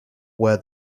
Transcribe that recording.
were